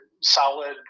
solid